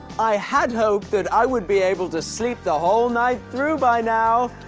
i had hoped that i would be able to sleep the whole night through by now,